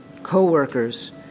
co-workers